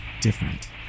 different